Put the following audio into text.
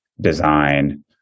design